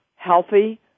healthy